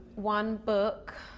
one book.